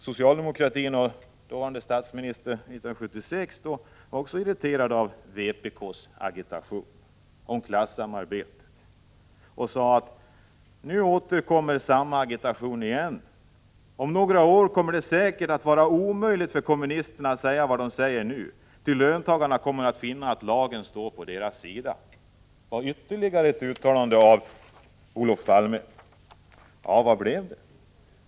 Socialdemokratin och statsministern var 1976 irriterade över vpk:s agitation om klassamarbetet, och statsministern sade: ”Nu kommer åter samma agitation. Om några år kommer det säkert att vara omöjligt för kommunisterna att säga vad de nu säger. Ty löntagarna kommer att finna att lagen står på deras sida.” Det var alltså ytterligare ett uttalande av Olof Palme. Hur blev det?